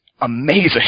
amazing